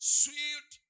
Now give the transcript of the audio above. sweet